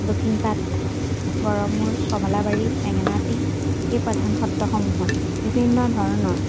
দক্ষিণ পাট গড়মূৰ কমলাবাৰী বেঙেনাআটী এই প্ৰধান সত্ৰসমূহত বিভিন্ন ধৰণৰ